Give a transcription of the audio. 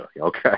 okay